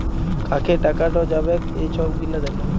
কাকে টাকাট যাবেক এই ছব গিলা দ্যাখা